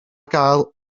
gael